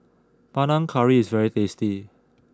Panang Curry is very tasty